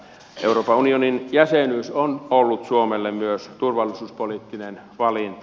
euroopan unionin jäsenyys on ollut suomelle myös turvallisuuspoliittinen valinta